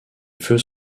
feux